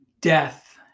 death